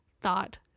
thought